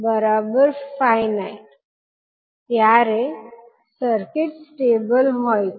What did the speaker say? તેથી ગાણિતિક દ્રષ્ટિએ તમે કહી શકો છો કે જયારે ત્યારે સર્કિટ સ્ટેબલ હોય છે